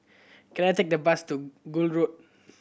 can I take the bus to Gul Road